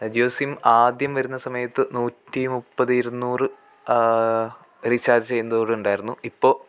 Jio sim ആദ്യം വരുന്ന സമയത്ത് നൂറ്റിമുപ്പത് ഇരുനൂറ് റീച്ചാർജ് ചെയ്യുന്നതൂടുണ്ടായിരുന്നു ഇപ്പോൾ